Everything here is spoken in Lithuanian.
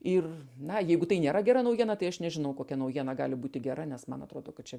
ir na jeigu tai nėra gera naujiena tai aš nežinau kokia naujiena gali būti gera nes man atrodo kad čia